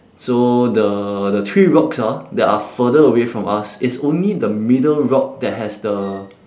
so the the three rocks ah that are further away from us it's only the middle rock that has the